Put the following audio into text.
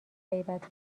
غیبت